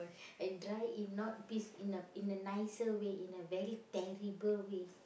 and die in not peace in a in a nicer way in a very terrible way